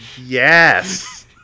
Yes